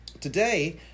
Today